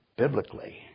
Biblically